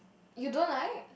you don't like